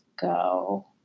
go